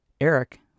Eric